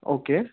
okay